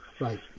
Right